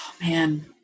man